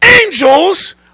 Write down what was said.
Angels